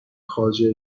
خواجه